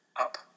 up